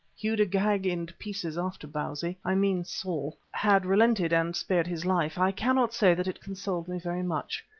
hewed agag in pieces after bausi i mean saul had relented and spared his life, i cannot say that it consoled me very much.